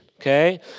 Okay